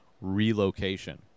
relocation